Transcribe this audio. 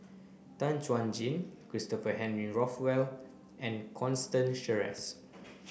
Tan Chuan Jin Christopher Henry Rothwell and Constance Sheares